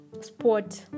sport